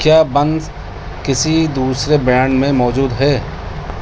کیا بنس کسی دوسرے برانڈ میں موجود ہے